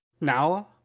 now